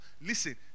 Listen